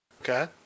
okay